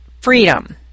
freedom